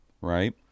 right